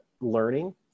learning